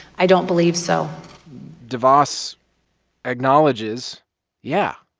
i don't believe so devos acknowledges yeah,